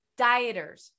Dieters